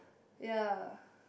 ya